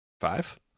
five